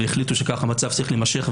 והחליטו שכך המצב צריך להימשך,